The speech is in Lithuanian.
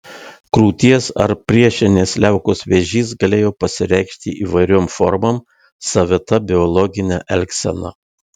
krūties ar priešinės liaukos vėžys galėjo pasireikšti įvairiom formom savita biologine elgsena